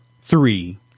three